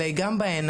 אלא היא גם בעיניים,